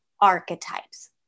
archetypes